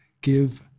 give